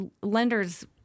lenders